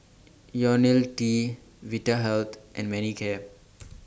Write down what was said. Ionil T Vitahealth and Manicare